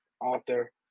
author